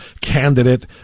candidate